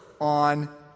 on